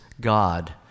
God